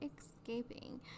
escaping